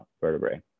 vertebrae